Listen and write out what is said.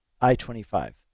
I-25